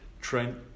Trent